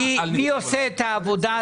מי בעד?